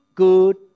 good